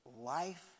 life